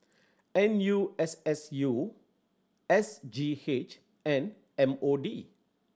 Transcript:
N U S S U S G H and M O D